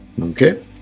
okay